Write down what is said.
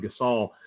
Gasol